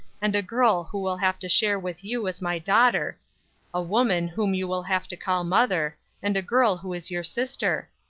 and a girl who will have to share with you as my daughter a woman whom you will have to call mother, and a girl who is your sister.